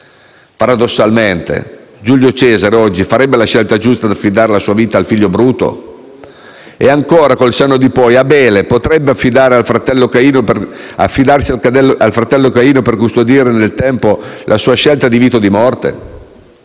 Paradossalmente, Giulio Cesare, oggi, farebbe la scelta giusta ad affidare la sua vita al figlio Bruto? E ancora, con il senno di poi, Abele potrebbe affidarsi al fratello Caino per custodire nel tempo la sua scelta di vita o di morte?